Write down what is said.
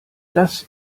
das